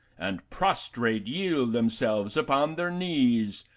and prostrate yield themselves, upon their knees,